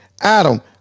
Adam